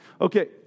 Okay